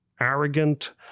arrogant